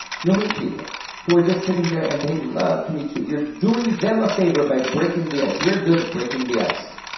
you'll meet people who are just sitting there, and they'd love to meet you, you're doing them a favor by breaking the ice. we're good breaking the ice,